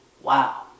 Wow